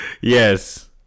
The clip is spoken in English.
Yes